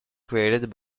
created